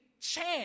chance